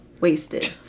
wasted